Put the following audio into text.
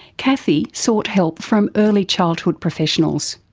kathy sought help from early childhood professionals.